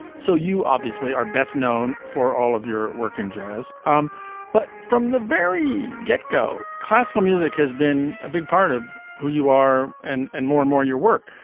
so you obviously are best known for all of your work in jazz um but from the very get-go, classical music has been a big part of who you are and and more and more your work.